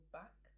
back